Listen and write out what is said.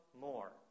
more